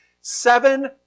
Seven